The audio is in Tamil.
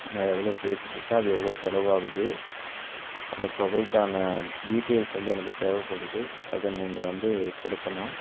நான் எவ்வளோ பேசிட்டுருக்கேன் அது எவ்வளோ செலவாகுது அந்த தொகைக்கான டீட்டெயில்ஸ் வந்து எனக்கு தேவைப்படுது அதை நீங்கள் வந்து கொடுக்கணும்